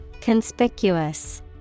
Conspicuous